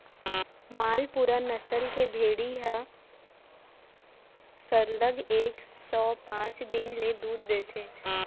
मालपुरा नसल के भेड़ी ह सरलग एक सौ पॉंच दिन ले दूद देथे